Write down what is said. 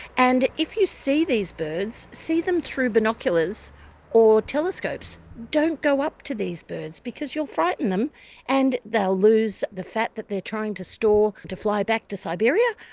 and if you see these birds, see them through binoculars or telescopes. don't go up to these birds because you'll frighten them and they'll lose the fat that they're trying to store to fly back to siberia,